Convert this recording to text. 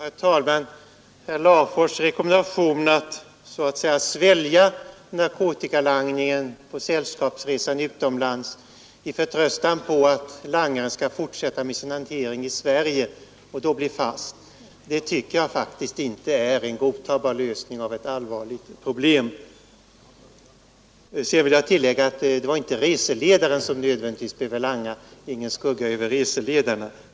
Herr talman! Herr Larfors” rekommendation att så att säga svälja narkotikalangningen på sällskapsresor utomlands i förtr n på att langaren skall fortsätta med sin hantering i Sverige och då bli fast tycker jag faktiskt inte är en godtagbar lösning på ett allvarligt problem. Jag vill tillägga att det inte nödvändigtvis behöver vara reseledaren som langar. Ingen skugga må falla över reseledarna.